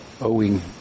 owing